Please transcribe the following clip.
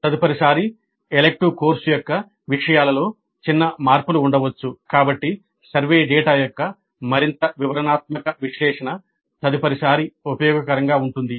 తదుపరిసారి elective course యొక్క విషయాలలో చిన్న మార్పులు ఉండవచ్చు కాబట్టి సర్వే డేటా యొక్క మరింత వివరణాత్మక విశ్లేషణ తదుపరిసారి ఉపయోగకరంగా ఉంటుంది